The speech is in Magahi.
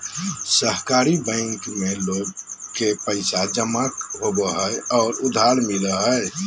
सहकारी बैंक में लोग के पैसा जमा होबो हइ और उधार मिलो हइ